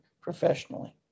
professionally